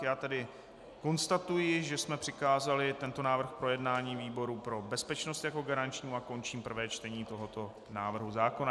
Já tedy konstatuji, že jsme přikázali tento návrh k projednání výboru pro bezpečnost jako garančnímu, a končím první čtení tohoto návrhu zákona.